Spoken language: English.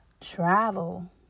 travel